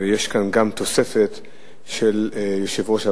ויש כאן גם תוספת של יושב-ראש הוועדה,